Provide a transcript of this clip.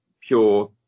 pure